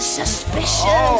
suspicious